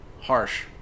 Harsh